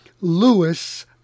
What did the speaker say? lewis